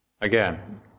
Again